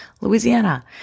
Louisiana